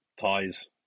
ties